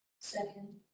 second